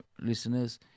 listeners